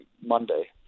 Monday